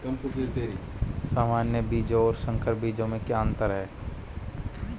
सामान्य बीजों और संकर बीजों में क्या अंतर है?